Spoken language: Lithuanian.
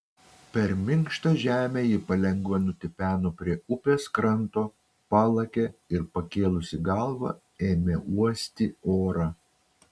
per minkštą žemę ji palengva nutipeno prie upės kranto palakė ir pakėlusi galvą ėmė uosti orą